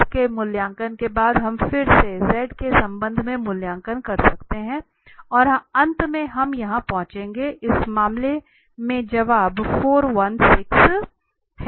इस मूल्यांकन के बाद हम फिर इस z के संबंध में मूल्यांकन कर सकते हैं और अंत में हम यहां पहुंचेंगे इस मामले में जवाब 416 है